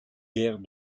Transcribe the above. guère